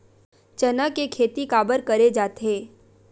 चना के खेती काबर करे जाथे?